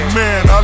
man